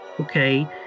okay